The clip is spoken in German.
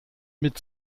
mit